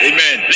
Amen